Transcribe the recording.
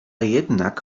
jednak